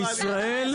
בישראל,